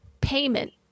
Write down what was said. payment